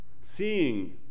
Seeing